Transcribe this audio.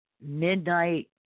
midnight